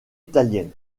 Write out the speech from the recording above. italienne